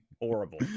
Horrible